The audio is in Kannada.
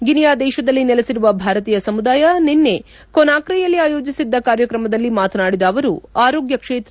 ಗಿನಿ ದೇಶದಲ್ಲಿ ನೆಲೆಸಿರುವ ಭಾರತೀಯ ಸಮುದಾಯ ನಿನ್ನೆ ಕೊನಾಕ್ರೆಯೆನಲ್ಲಿ ಆಯೋಜಿಸಿದ್ದ ಕಾರ್ಯಕ್ರಮದಲ್ಲಿ ಮಾತನಾಡಿದ ಅವರು ಆರೋಗ್ಯ ಕ್ಷೇತ್ರ